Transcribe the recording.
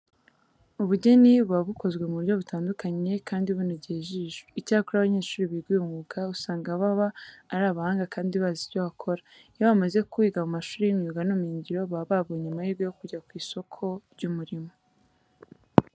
Ubugeni buba bukozwe mu buryo butandukanye kandi bunogeye ijisho. Icyakora abanyeshuri biga uyu mwuga, usanga baba ari abahanga kandi bazi ibyo bakora. Iyo bamaze kuwiga mu mashuri y'imyuga n'ubumenyingiro baba babonye amahirwe yo kujya ku isoko ry'umurimo.